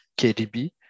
KDB